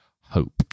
hope